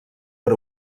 per